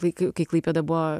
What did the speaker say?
kai klaipėda buvo